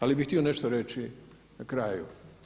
Ali bih htio nešto reći na kraju.